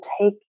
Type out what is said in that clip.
take